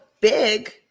big